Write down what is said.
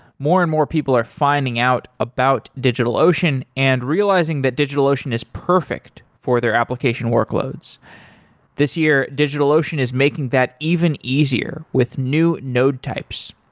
more and more people are finding out about digitalocean and realizing that digitalocean is perfect for their application workloads this year, digitalocean is making that even easier with new node types.